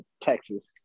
Texas